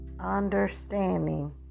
understanding